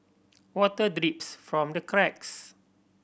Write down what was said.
water drips from the cracks